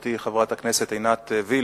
חברתי חברת הכנסת עינת וילף,